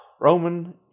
Roman